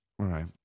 right